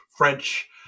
French